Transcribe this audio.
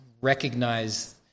recognize